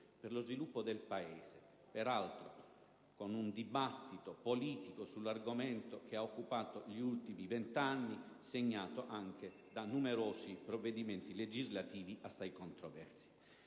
per lo sviluppo del Paese, peraltro con un dibattito politico sull'argomento che ha occupato gli ultimi vent'anni, segnato anche da numerosi provvedimenti legislativi assai controversi.